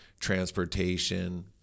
transportation